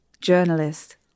journalist